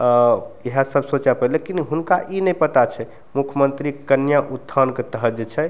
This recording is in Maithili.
इएह सब सोचय पड़य छै लेकिन हुनका ई नहि पता छै मुखमन्त्री कन्या उत्थानके तहत जे छै